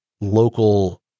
local